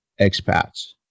expats